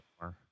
more